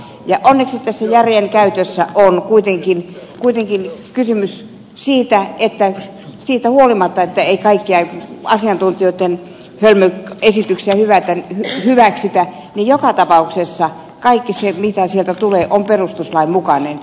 onneksi tässä järjenkäytössä on kuitenkin kysymys siitä että siitä huolimatta että ei kaikkia asiantuntijoitten hölmöjä esityksiä hyväksytä niin joka tapauksessa kaikki se mitä sieltä tulee on perustuslain mukaista